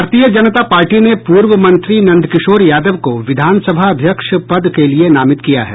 भारतीय जनता पार्टी ने पूर्व मंत्री नंद किशोर यादव को विधानसभा अध्यक्ष पद के लिये नामित किया है